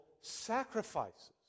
sacrifices